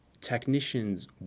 technicians